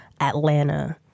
Atlanta